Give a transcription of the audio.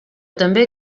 també